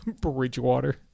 Bridgewater